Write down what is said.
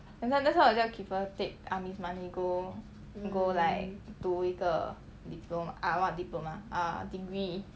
that's why that's why 我叫 keeper take army's money go go like 读一个 diploma ah what diploma ah degree